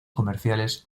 comerciales